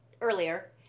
earlier